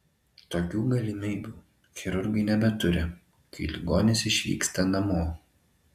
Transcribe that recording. tokių galimybių chirurgai nebeturi kai ligonis išvyksta namo